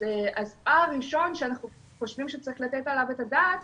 אז פער ראשון שאנחנו חושבים שצריך לתת עליו את הדעת